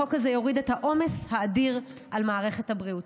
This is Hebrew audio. החוק הזה יוריד את העומס האדיר על מערכת הבריאות.